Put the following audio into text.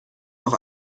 auch